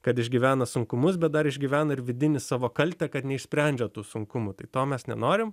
kad išgyvena sunkumus bet dar išgyvena ir vidinį savo kaltę kad neišsprendžia tų sunkumų tai to mes nenorim